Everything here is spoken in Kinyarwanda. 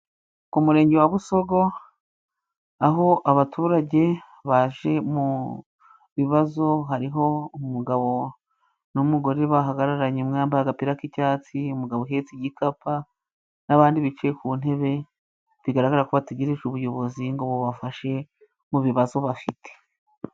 Ku Murenge wa Busogo aho abaturage baje mu bibazo hariho umugabo n'umugore bahagararanye, umwe yambaye agapira k'icyatsi, umugabo uhetse igikapa n'abandi bicaye ku ntebe, bigaragara ko bategereje ubuyobozi ngo bubafashe mu bibazo bafite.